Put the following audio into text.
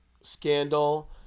scandal